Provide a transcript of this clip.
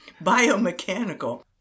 biomechanical